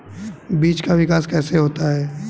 बीज का विकास कैसे होता है?